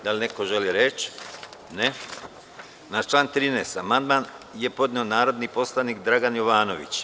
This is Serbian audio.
Da li neko želi reč? (Ne.) Na član 13. amandman je podneo narodni poslanik Dragan Jovanović.